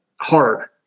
hard